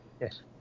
Yes